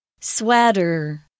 Sweater